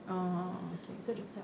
oh oh oh K K